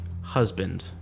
husband